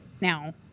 Now